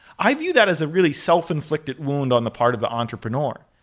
i view that as a really self inflicted wound on the part of the entrepreneur.